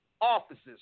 offices